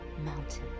mountain